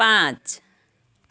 पाँच